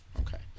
okay